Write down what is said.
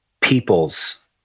people's